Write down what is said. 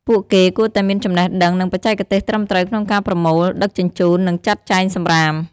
ពួកគេគួរតែមានចំណេះដឹង និងបច្ចេកទេសត្រឹមត្រូវក្នុងការប្រមូល ដឹកជញ្ជូន និងចាត់ចែងសំរាម។